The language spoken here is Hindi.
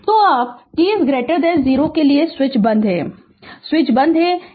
Refer Slide Time 1917 तो अब t 0 के लिए स्विच बंद है स्विच बंद है